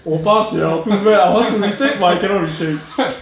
我 pass liao too bad I want to retake but I cannot retake